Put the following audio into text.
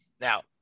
Now